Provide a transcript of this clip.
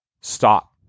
stop